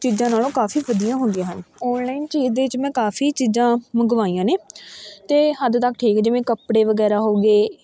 ਚੀਜ਼ਾਂ ਨਾਲੋਂ ਕਾਫੀ ਵਧੀਆ ਹੁੰਦੀਆਂ ਹਨ ਆਨਲਾਈਨ ਚੀਜ਼ ਦੇ ਚ ਮੈਂ ਕਾਫੀ ਚੀਜ਼ਾਂ ਮੰਗਵਾਈਆਂ ਨੇ ਅਤੇ ਹੱਦ ਤੱਕ ਠੀਕ ਜਿਵੇਂ ਕੱਪੜੇ ਵਗੈਰਾ ਹੋ ਗਏ